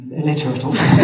illiterate